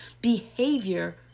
behavior